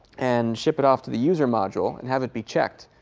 and ship it off to the user module and have it be checked.